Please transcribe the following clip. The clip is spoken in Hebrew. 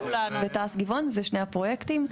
זה שני הפרויקטים.